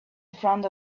front